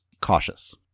cautious